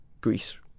Greece